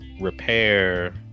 repair